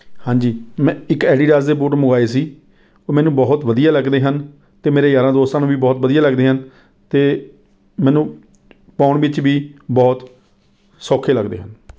ਹਾਂਜੀ ਮੈਂ ਇੱਕ ਐਡੀਡਾਸ ਦੇ ਬੂਟ ਮੰਗਵਾਏ ਸੀ ਉਹ ਮੈਨੂੰ ਬਹੁਤ ਵਧੀਆ ਲੱਗਦੇ ਹਨ ਅਤੇ ਮੇਰੇ ਯਾਰਾਂ ਦੋਸਤਾਂ ਨੂੰ ਵੀ ਬਹੁਤ ਵਧੀਆ ਲੱਗਦੇ ਹਨ ਅਤੇ ਮੈਨੂੰ ਪਾਉਣ ਵਿੱਚ ਵੀ ਬਹੁਤ ਸੌਖੇ ਲੱਗਦੇ ਹਨ